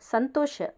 ಸಂತೋಷ